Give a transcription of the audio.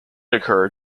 occur